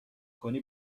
کنی